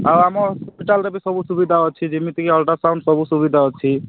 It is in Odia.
ଆଉ ଆମ ହସ୍ପିଟାଲ୍ରେ ବି ସବୁ ସୁବିଧା ଅଛି ଯେମିତିକି ଅଲଟ୍ରାସାଉଣ୍ଡ୍ ସବୁ ସୁବିଧା ଅଛି